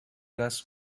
goes